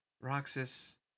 Roxas